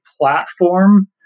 platform